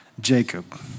Jacob